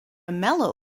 mellow